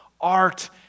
art